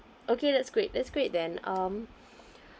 okay that's great that's great then um